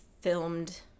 filmed